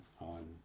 on